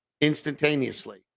instantaneously